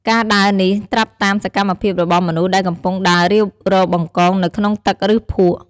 ការដើរនេះត្រាប់តាមសកម្មភាពរបស់មនុស្សដែលកំពុងដើររាវរកបង្កងនៅក្នុងទឹក ឬភក់។